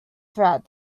throughout